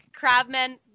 Crabman